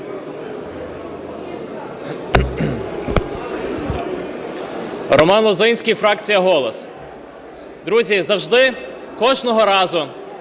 Роман Лозинський, фракція "Голос". Друзі, завжди, кожного разу,